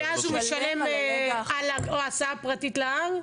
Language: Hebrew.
ואז הוא משלם על הסעה פרטית להר?